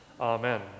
Amen